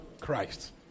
Christ